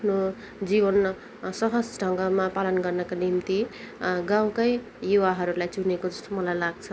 आफ्नो जिवन सहज ढङ्गमा पालन गर्नको निम्ति गाउँकै युवाहरूलाई चुनेको जस्तो मलाई लाग्छ